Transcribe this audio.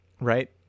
right